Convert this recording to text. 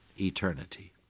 eternity